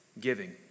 Giving